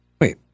wait